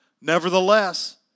nevertheless